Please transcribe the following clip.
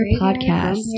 Podcast